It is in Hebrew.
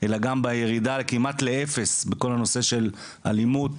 אלא גם בירידה כמעט לאפס בכל הנושא של אלימות,